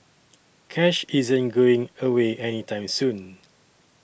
cash isn't going away any time soon